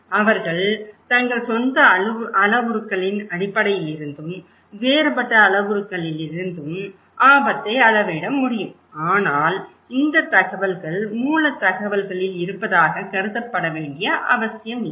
அவர்கள் தங்கள் சொந்த அளவுருக்களின் அடிப்படையில் இருந்தும் வேறுபட்ட அளவுருக்களிலிருந்தும் ஆபத்தை அளவிட முடியும் ஆனால் இந்த தகவல்கள் மூலத் தகவல்களில் இருப்பதாகக் கருதப்பட வேண்டிய அவசியமில்லை